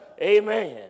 Amen